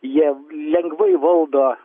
jie lengvai valdo